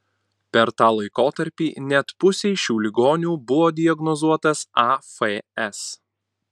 per tą laikotarpį net pusei šių ligonių buvo diagnozuotas afs